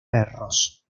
perros